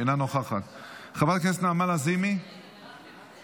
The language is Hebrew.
אינה נוכחת, חברת הכנסת נעמה לזימי, מוותרת,